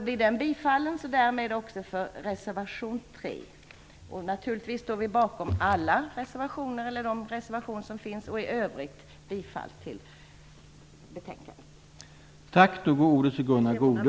Blir den bifallen, så gäller mitt yrkande också reservation 7. Men naturligtvis står vi bakom alla reservationer som vi undertecknat. I övrigt yrkar jag bifall till hemställan i betänkandet.